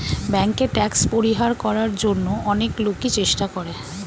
ব্যাংকে ট্যাক্স পরিহার করার জন্য অনেক লোকই চেষ্টা করে